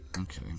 Okay